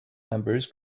members